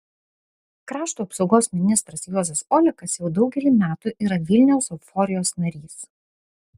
krašto apsaugos ministras juozas olekas jau daugelį metų yra vilniaus euforijos narys